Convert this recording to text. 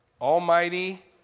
Almighty